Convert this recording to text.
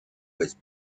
was